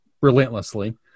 relentlessly